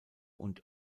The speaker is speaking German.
und